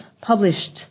published